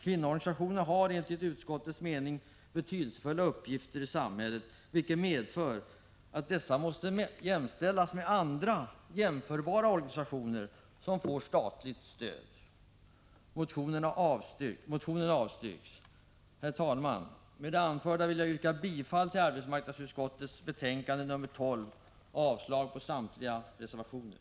Kvinnoorganisationerna har enligt utskottets mening betydelsefulla uppgifter i samhället, vilket medför att dessa måste jämställas med andra jämförbara organisationer som får statligt stöd. Motionen avstyrks. Herr talman! Med det anförda yrkar jag bifall till arbetsmarknadsutskottets hemställan i betänkande nr 12 och avslag på samtliga reservationer.